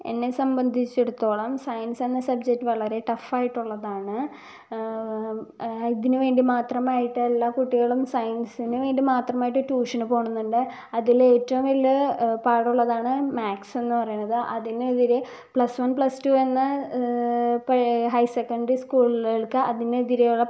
എന്നെ സംബന്ധിച്ചിടത്തോളം സയൻസ് എന്ന സബ്ജക്റ്റ് വളരെ ടഫ് ആയിട്ടുള്ളതാണ് ഇതിന് വേണ്ടി മാത്രമായിട്ട് എല്ലാ കുട്ടികളും സയൻസിന് വേണ്ടി മാത്രമായിട്ട് ട്യൂഷന് പോകുന്നുണ്ട് അതിൽ ഏറ്റവും വലിയ പാടുള്ളതാണ് മാത്സ് എന്ന് പറയുന്നത് അതിന് എതിരെ പ്ലസ് വൺ പ്ലസ് ടു എന്ന ഹയർ സെക്കണ്ടറി സ്കൂളുകൾക്ക് അതിനെതിരെയുള്ള